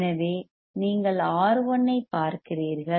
எனவே நீங்கள் R1 ஐப் பார்க்கிறீர்கள்